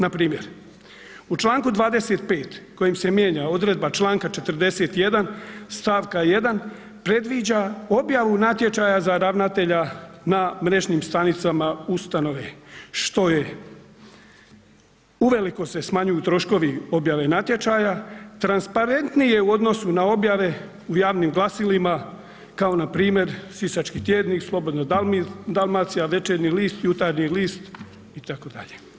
Npr. u članku 25. kojim se mijenja odredba članka 41. stavka 1. predviđa objavu natječaja za ravnatelja na mrežnim stranicama ustanove što je, uveliko se smanjuju troškovi objave natječaja, transparentnije u odnosu na objave u javnim glasilima kao npr. Sisački tjednik, Slobodna Dalmacija, Večernji list, Jutarnji list itd.